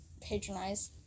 Patronize